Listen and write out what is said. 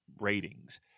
ratings